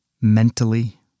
mentally